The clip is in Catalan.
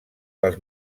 dels